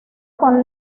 con